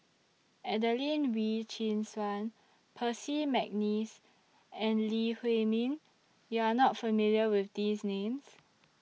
Adelene Wee Chin Suan Percy Mcneice and Lee Huei Min YOU Are not familiar with These Names